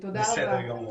בסדר גמור.